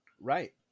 right